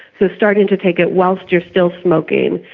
so starting to take it whilst you are still smoking.